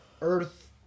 earth